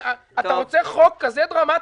אתה רוצה חוק כזה דרמטי,